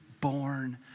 born